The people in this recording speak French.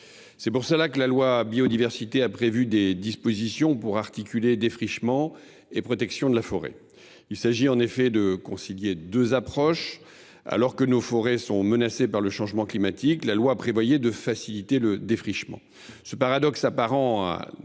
loi pour la reconquête de la biodiversité a prévu des dispositions pour articuler défrichement et protection de la forêt. Il s’agit en effet de concilier deux approches : alors que nos forêts sont menacées par le changement climatique, la loi prévoyait de faciliter le défrichement. Ce paradoxe apparent a